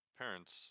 parents